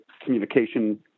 communication